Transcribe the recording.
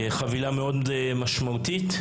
חבילה מאוד משמעותית,